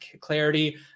clarity